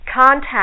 contact